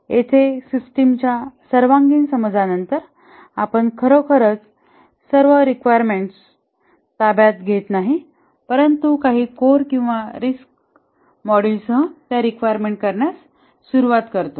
येथे सिस्टीमच्या सर्वांगीण समजानंतर आपण खरोखरच सर्व रिक्वायरमेंट्स ताब्यात घेत नाही परंतु नंतर काही कोर किंवा रिस्क मोड्यूल्ससह त्या रिक्वायरमेंट्स करण्यास सुरवात करतो